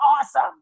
awesome